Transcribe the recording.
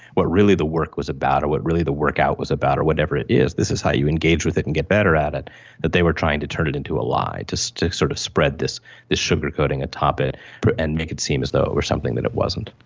what really the work was about or what really the workout was about or whatever it is, this is how you engage with it and get better at it, but they were trying to turn it into a lie, to so to sort of spread this this sugar-coating atop it and make it seem as though it were something that it wasn't.